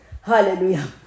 Hallelujah